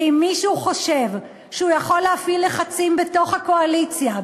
ואם מישהו חושב שהוא יכול להפעיל לחצים בתוך הקואליציה,